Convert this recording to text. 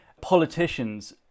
politicians